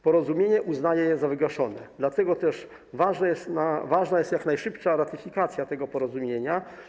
Porozumienie uznaje za wygaszone, dlatego też ważna jest jak najszybsza ratyfikacja tego porozumienia.